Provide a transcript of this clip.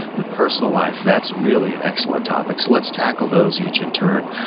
the personal life, that's really an excellent topic. so let's tackle those each in turn.